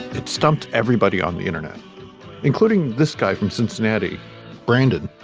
it stumped everybody on the internet including this guy from cincinnati brandon.